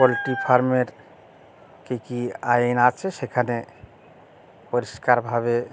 poultry ফার্মের কী কী আইন আছে সেখানে পরিষ্কারভাবে